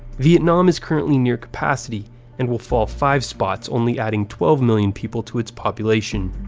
vietnam is currently near capacity and will fall five spots, only adding twelve million people to its population.